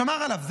שמר עליו.